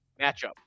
matchup